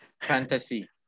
Fantasy